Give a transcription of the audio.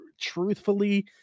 truthfully